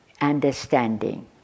understanding